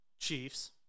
Chiefs